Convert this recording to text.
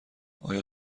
آیا